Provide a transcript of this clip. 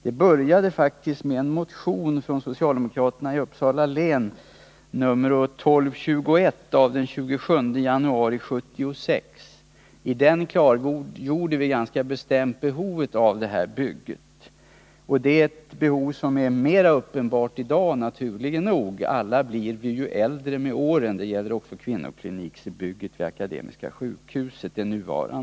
Det började faktiskt med en motion nr 1221, daterad den 27 januari 1976, från socialdemokraterna i Uppsala län. I den klargjorde vi ganska bestämt behovet av det här bygget. Det är ett behov som är mera uppenbart i dag, naturligt nog — alla blir vi ju äldre med åren, och det gäller också frågan om kvinnokliniksbygget vid Akademiska sjukhuset.